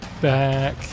back